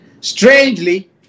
Strangely